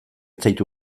zaitu